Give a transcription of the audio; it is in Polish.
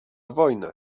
wojnę